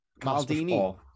Maldini